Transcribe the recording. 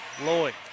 Lloyd